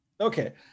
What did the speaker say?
okay